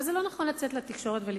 אבל זה לא נכון לצאת לתקשורת ולתקוף.